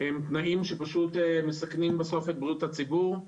הם תנאים שמסכנים את בריאות הציבור.